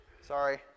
Sorry